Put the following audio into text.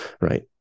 right